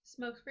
Smokescreen